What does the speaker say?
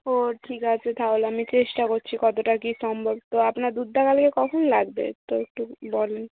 ও ঠিক আছে তাহলে আমি চেষ্টা করছি কতটা কী সম্ভব তো আপনার দুধটা কালকে কখন লাগবে এটা একটু বলুন